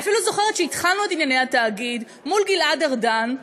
אני אפילו זוכרת שהתחלנו את ענייני התאגיד מול גלעד ארדן,